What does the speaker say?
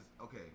okay